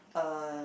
uh